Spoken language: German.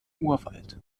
urwald